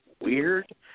weird